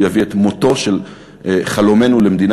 הוא יביא את מותו של חלומנו על מדינה